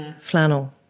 flannel